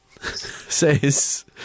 says